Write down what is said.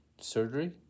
surgery